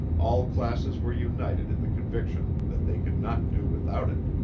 all classes were united in the conviction that they could not do without it.